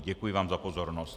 Děkuji vám za pozornost.